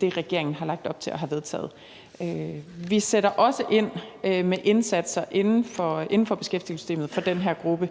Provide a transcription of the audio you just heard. det, regeringen har lagt op til og har vedtaget. Vi sætter også ind med indsatser inden for beskæftigelsessystemet for den her gruppe,